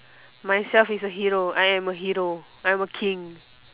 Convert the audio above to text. myself is a hero I am a hero I am a king